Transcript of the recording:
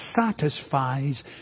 satisfies